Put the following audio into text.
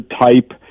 type